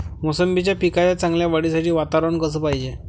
मोसंबीच्या पिकाच्या चांगल्या वाढीसाठी वातावरन कस पायजे?